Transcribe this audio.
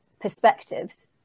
perspectives